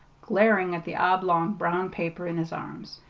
glaring at the oblong brown paper in his arms.